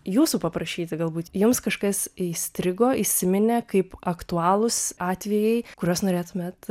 jūsų paprašyti galbūt jums kažkas įstrigo įsiminė kaip aktualūs atvejai kuriuos norėtumėt